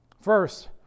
First